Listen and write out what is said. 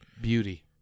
beauty